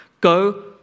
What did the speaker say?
Go